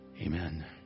Amen